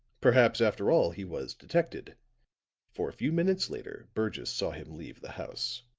perhaps, after all, he was detected for a few minutes later burgess saw him leave the house.